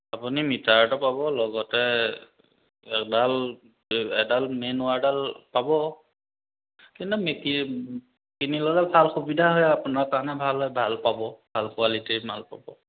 আপুনি মিটাৰ এটা পাব লগতে এডাল এডাল মেইন ৱাৰডাল পাব কিন্তু মেটি কিনি ললে ভাল সুবিধা হয় আপোনাৰ কাৰণে ভাল হয় ভাল পাব ভাল কোৱালিটিৰ মাল পাব